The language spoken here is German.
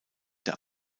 der